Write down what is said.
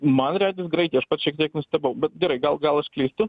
man regis graikija aš pats šiek tiek nustebau bet gerai gal gal aš klystu